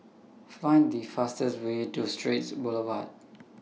Find The fastest Way to Straits Boulevard